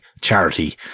charity